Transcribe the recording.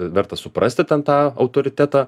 verta suprasti ten tą autoritetą